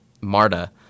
Marta